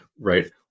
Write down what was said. Right